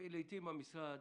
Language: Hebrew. לעתים המשרד